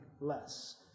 less